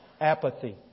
apathy